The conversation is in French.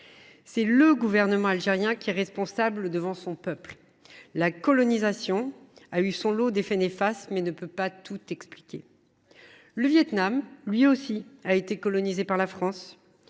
C’est le gouvernement algérien qui est responsable devant son peuple ; la colonisation a eu son lot d’effets néfastes, mais ne peut pas tout expliquer. Le Vietnam a, lui aussi, été colonisé par la France